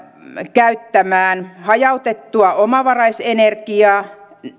käyttämään hajautettua omavaraisenergiaa